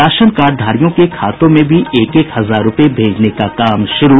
ration कार्डधारियों के खातों में भी एक एक हजार रूपये भेजने का काम शुरू